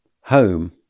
Home